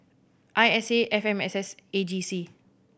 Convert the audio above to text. I S A F M S S and A G C